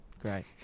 Great